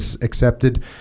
accepted